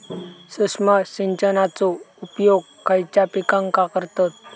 सूक्ष्म सिंचनाचो उपयोग खयच्या पिकांका करतत?